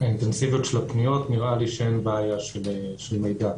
האינטנסיביות של הפניות נראה לי שאין בעיה של מידע.